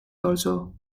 also